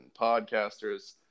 podcasters